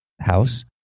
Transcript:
house